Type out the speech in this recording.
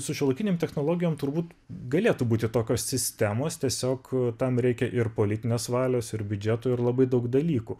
su šiuolaikinėm technologijom turbūt galėtų būti tokios sistemos tiesiog tam reikia ir politinės valios ir biudžetui ir labai daug dalykų